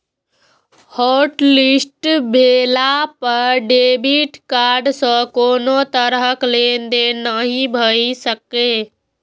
hotlist भेला पर debit card सं कोनो तरहक लेनदेन नहि भए सकैए